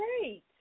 great